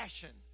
passion